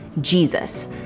Jesus